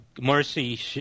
mercy